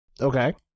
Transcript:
Okay